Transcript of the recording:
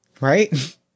Right